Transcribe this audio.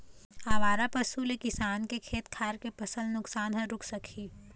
आवारा पशु ले किसान के खेत खार के फसल नुकसान ह रूक सकही